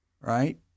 Right